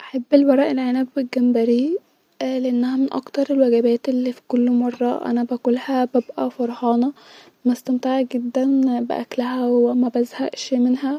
بحب الكلاب جدا- لان الكلاب وفيه-جداا لل-شخص او صاحبها-بتحس بيك لما بتبقي زعلان او مدايق-وبتحاول انها تخليك فرحان-لانها بتبقي مدايقه علي زعلك-فا بتبقي بتحاول علي قد ما تقدرانها تخليك فرحان-وبيساعدك في حاجات كتير جدا في حياتك ممكن انو لو كان متدرب كويس انو هو يساعدك في حاجات كتير في البيت-بيساعد في حراسه بيساعد في اشخاص المعاقين